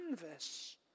canvas